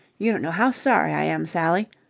you don't know how sorry i am. sally.